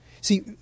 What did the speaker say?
See